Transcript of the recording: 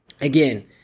again